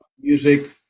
music